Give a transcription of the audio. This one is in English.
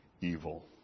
evil